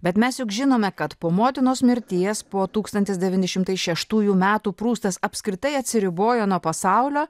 bet mes juk žinome kad po motinos mirties po tūkstantis devyni šimtai šeštųjų metų prustas apskritai atsiribojo nuo pasaulio